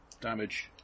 damage